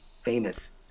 famous